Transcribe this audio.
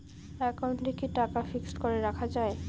একাউন্টে কি টাকা ফিক্সড করে রাখা যায়?